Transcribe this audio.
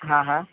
હા હા